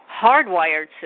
hardwired